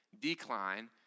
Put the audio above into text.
decline